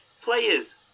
players